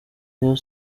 rayon